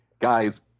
guys